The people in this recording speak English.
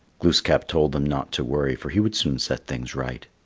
glooskap told them not to worry, for he would soon set things right.